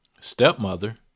stepmother